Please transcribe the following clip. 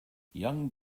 young